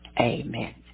Amen